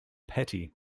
petty